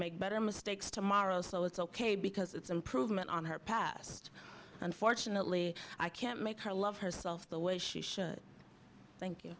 make better mistakes tomorrow so it's ok because it's improvement on her past unfortunately i can't make her love herself the way she should thank you